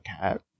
Cat